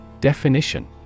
Definition